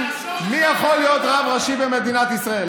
למי יכול להיות רב ראשי במדינת ישראל,